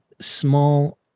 small